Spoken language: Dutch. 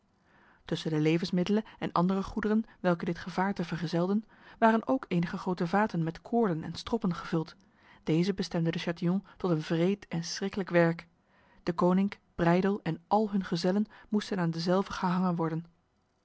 tussen de levensmiddelen en andere goederen welke dit gevaarte vergezelden waren ook enige grote vaten met koorden en stroppen gevuld deze bestemde de chatillon tot een wreed en schrikkelijk werk deconinck breydel en al hun gezellen moesten aan dezelve gehangen worden